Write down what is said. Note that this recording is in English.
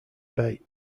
bait